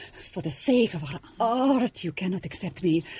for the sake of our art, you cannot accept me!